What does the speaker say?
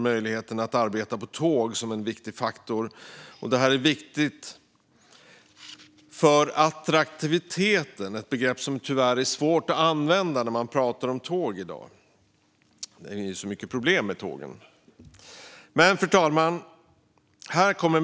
Möjligheten att arbeta digitalt på tåg är en viktig fråga eftersom det ökar järnvägens attraktivitet - ett begrepp som tyvärr är svårt att använda när man pratar om tåg i dag eftersom det är så mycket problem med tågen.